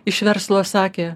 iš verslo sakė